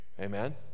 Amen